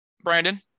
brandon